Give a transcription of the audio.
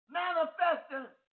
manifesting